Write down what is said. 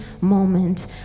moment